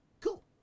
cool